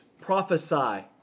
prophesy